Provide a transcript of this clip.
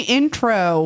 intro